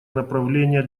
направления